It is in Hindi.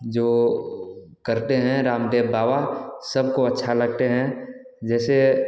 जो करते हैं रामदेव बाबा सब को अच्छा लगते हैं जैसे